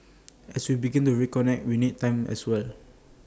as we begin to reconnect we need time as well